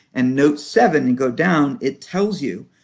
and note seven and go down it tells you,